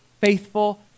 faithful